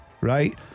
Right